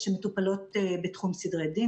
שמטופלות בתחום סדרי דין.